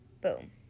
boom